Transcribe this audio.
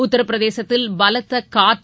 உத்தரபிரதேசத்தில் பலத்தகாற்று